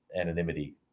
anonymity